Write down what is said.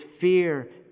fear